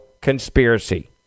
conspiracy